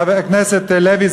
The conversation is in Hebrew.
חבר הכנסת לוי,